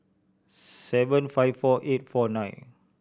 seven five four eight four nine